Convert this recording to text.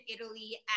Italy